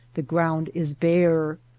the ground is bare.